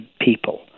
people